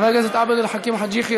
חבר הכנסת עבד אל חכים חאג' יחיא,